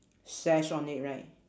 sash on it right